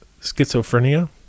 schizophrenia